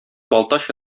балтач